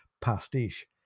pastiche